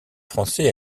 français